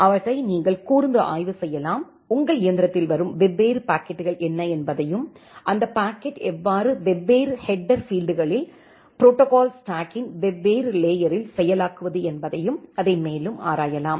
அவற்றை நீங்கள் கூர்ந்து ஆய்வு செய்யலாம் உங்கள் இயந்திரத்தில் வரும் வெவ்வேறு பாக்கெட்டுகள் என்ன என்பதையும் அந்த பாக்கெட் எவ்வாறு வெவ்வேறு ஹெட்டர் பீல்ட்டுகளில் புரோட்டோகால் ஸ்டேக்கின் வெவ்வேறு லேயரில் செயலாக்குவது என்பதையும் அதை மேலும் ஆராயலாம்